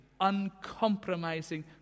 uncompromising